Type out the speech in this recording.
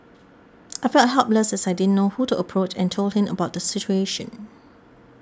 I felt helpless as I didn't know who to approach and told him about the situation